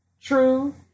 True